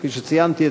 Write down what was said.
כפי שציינתי,